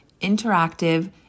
interactive